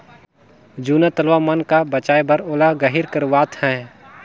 जूना तलवा मन का बचाए बर ओला गहिर करवात है